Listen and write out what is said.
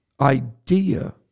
idea